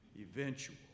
eventual